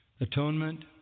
Atonement